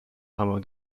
hammer